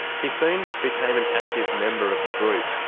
he soon became an active member of the group,